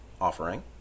offering